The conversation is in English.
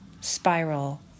spiral